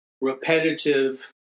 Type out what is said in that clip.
repetitive